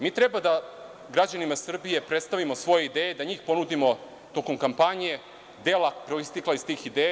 Mi treba da građanima Srbije predstavimo svoje ideje, da njih ponudimo tokom kampanje, dela proistekla iz tih ideja.